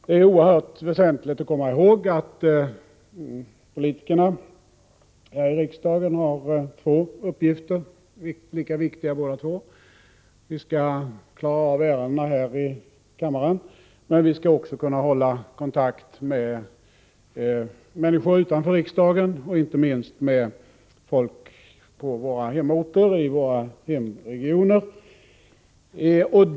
Det är oerhört väsentligt att komma ihåg att politikerna här i riksdagen har två uppgifter som är lika viktiga. Vi skall klara av ärenden här i kammaren, men vi skall också kunna hålla kontakt med människor utanför riksdagen, inte minst med folk på våra hemorter och i våra hemregioner.